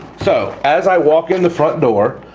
so as i walk in the front door,